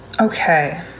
Okay